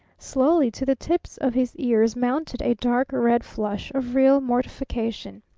slowly to the tips of his ears mounted a dark red flush of real mortification.